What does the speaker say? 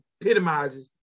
epitomizes